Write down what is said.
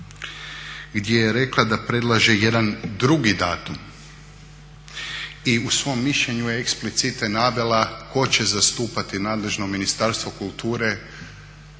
gdje je rekla da predlaže jedan drugi datum i u svom mišljenju je eksplicite navela tko će zastupati nadležno Ministarstvo kulture